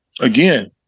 again